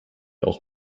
auch